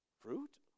Fruit